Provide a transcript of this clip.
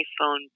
iPhone